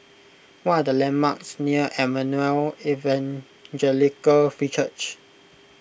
what are the landmarks near Emmanuel Evangelical Free Church